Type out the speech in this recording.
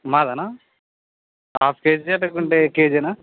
మాదన్నా half కేజీనా లేకుంటే కేజీనా